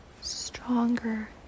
stronger